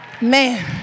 Man